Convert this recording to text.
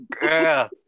Girl